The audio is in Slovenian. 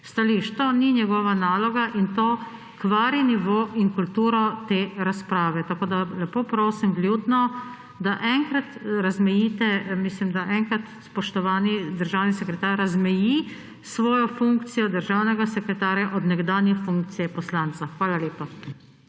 stališč. To ni njegova naloga in to kvari nivo in kulturo te razprave, 51. TRAK: (NB) – 18.30 (Nadaljevanje) tako da, lepo prosim, vljudno, da enkrat razmejite, mislim, da enkrat spoštovani državni sekretar, razmeji svojo funkcijo državnega sekretarja od nekdanje funkcije poslanca. Hvala lepa.